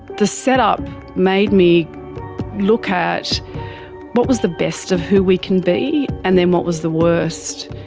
the set-up made me look at what was the best of who we can be and then what was the worst.